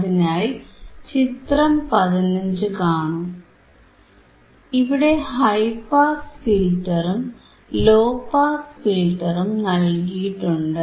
അതിനായി ചിത്രം 15 കാണൂ ഇവിടെ ഹൈ പാസ് ഫിൽറ്ററും ലോ പാസ് ഫിൽറ്ററും നൽകിയിട്ടുണ്ട്